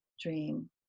dream